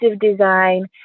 design